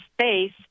space